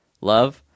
Love